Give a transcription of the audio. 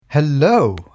hello